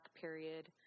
period